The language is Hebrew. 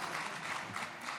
(מחיאות כפיים)